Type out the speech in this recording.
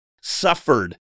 suffered